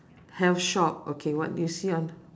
health shop okay what do you see on